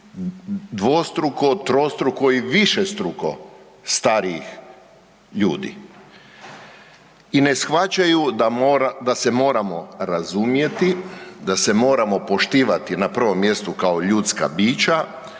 dvostruko, trostruko i višestruko starijih ljudi i ne shvaćaju da se moramo razumjeti, da se moramo poštivati na prvom mjestu kao ljudska bića,